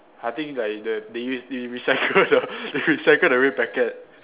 I think like the they use they recycle the they recycle the red packet